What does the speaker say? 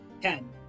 Ten